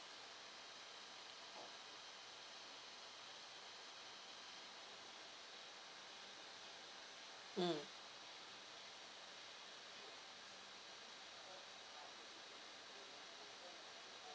mm